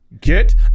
Get